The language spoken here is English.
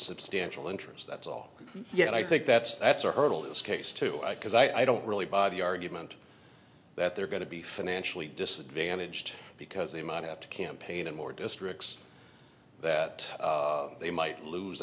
substantial interest that's all yet i think that's that's a hurdle is case to i cause i don't really buy the argument that they're going to be financially disadvantaged because they might have to campaign in more districts that they might lose